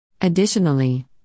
Additionally